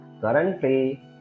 currently